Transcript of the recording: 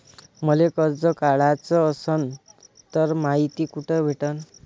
मले कर्ज काढाच असनं तर मायती कुठ भेटनं?